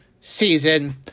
season